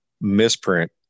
misprint